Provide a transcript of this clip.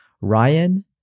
Ryan